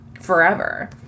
forever